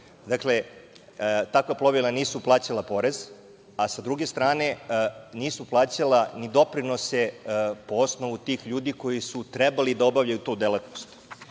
Srbije. Takva plovila nisu plaćala porez, a sa druge strane, nisu plaćala ni doprinose po osnovu tih ljudi koji su trebali da obavljaju tu delatnost. Mislim